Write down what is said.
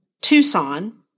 Tucson